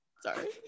sorry